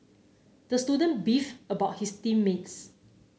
the student beefed about his team mates